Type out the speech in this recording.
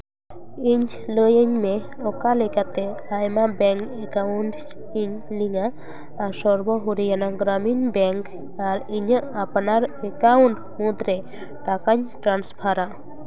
ᱤᱧ ᱞᱟᱹᱭᱟᱹᱧ ᱢᱮ ᱚᱠᱟ ᱞᱮᱠᱟᱛᱮ ᱟᱭᱢᱟ ᱵᱮᱝᱠ ᱮᱠᱟᱣᱩᱱᱴ ᱤᱧ ᱞᱤᱝᱠᱟ ᱟᱨ ᱥᱚᱨᱵᱚᱦᱚᱨᱤ ᱜᱨᱟᱢᱤᱱ ᱵᱮᱝᱠ ᱟᱨ ᱤᱧᱟᱹᱜ ᱟᱯᱱᱟᱨ ᱮᱠᱟᱣᱩᱱᱴ ᱢᱩᱫᱽᱨᱮ ᱴᱟᱠᱟᱧ ᱴᱨᱟᱱᱥᱯᱷᱟᱨᱟ